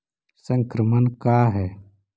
संक्रमण का है?